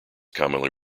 commonly